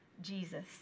Jesus